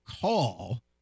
call